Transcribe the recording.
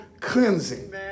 cleansing